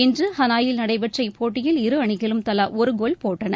இன்று ஹனாயில் நடைபெற்ற போட்டியில் இரு அணிகளும் தலா ஒரு கோல் போட்டன